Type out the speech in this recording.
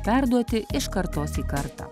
perduoti iš kartos į kartą